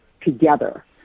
together